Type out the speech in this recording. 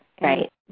Right